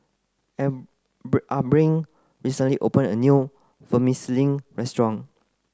Abrin recently opened a new Vermicelli restaurant